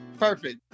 Perfect